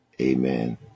Amen